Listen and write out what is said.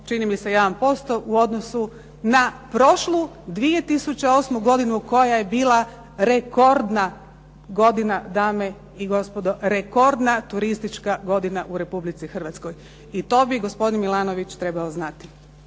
čini mi se 1%, u odnosu na prošlu 2008. godinu koja je bila rekordna godina, dame i gospode. Rekordna turistička godina u Republici Hrvatskoj. I to bi gospodin Milanović trebao znati.